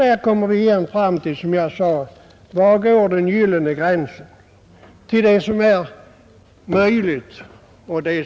Vi kommer åter fram till frågan var den gyllne gränsen går.